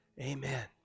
amen